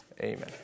Amen